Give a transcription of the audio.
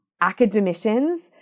academicians